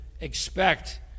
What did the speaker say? expect